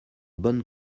bonne